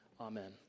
amen